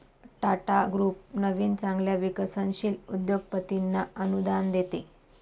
Tata group नवीन चांगल्या विकसनशील उद्योगपतींना अनुदान देते